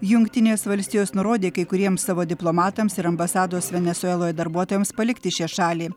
jungtinės valstijos nurodė kai kuriems savo diplomatams ir ambasados venesueloje darbuotojams palikti šią šalį